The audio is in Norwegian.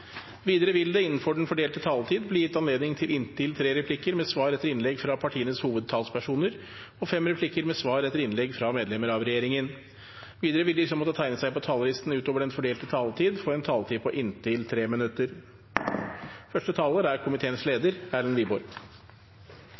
Videre vil det – innenfor den fordelte taletid – bli gitt anledning til replikkordskifte på inntil tre replikker med svar etter innlegg fra partienes hovedtalspersoner og fem replikker med svar etter innlegg fra medlemmer av regjeringen. Videre vil de som måtte tegne seg på talerlisten utover den fordelte taletid, få en taletid på inntil 3 minutter.